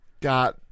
got